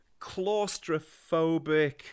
claustrophobic